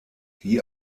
die